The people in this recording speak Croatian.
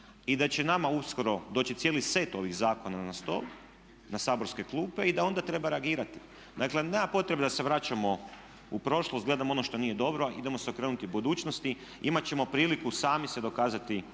i da će nama uskoro doći cijeli set ovih zakona na stol, na saborske klupe i da onda treba reagirati. Dakle, nema potrebe da se vraćamo u prošlost i gledamo ono što nije dobro, idemo se okrenuti budućnosti. Imat ćemo priliku sami se dokazati